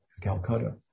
Calcutta